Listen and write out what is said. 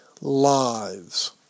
lives